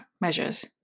measures